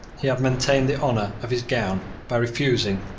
he had maintained the honour of his gown by refusing,